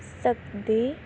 ਸਕਦੇ